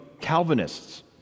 Calvinists